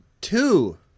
Two